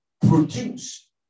produce